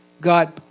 God